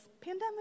pandemic